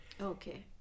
Okay